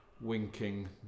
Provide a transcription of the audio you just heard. winking